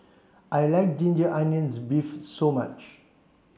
I like ginger onions beef so much